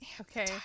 Okay